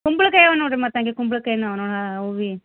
ಕುಂಬಳಕಾಯಿ ಅವೆ ನೋಡಿರಿ ಮತ್ತು ಹಾಗೆ ಕುಂಬಳಕಾಯಿ ನೋ ಅವು ಭೀ